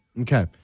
Okay